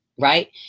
right